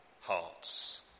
hearts